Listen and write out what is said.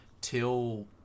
till